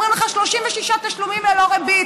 אומרים לך: 36 תשלומים ללא ריבית,